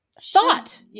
thought